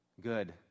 good